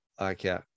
Okay